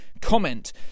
comment